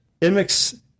Imix